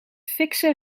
fikse